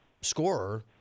scorer